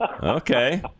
okay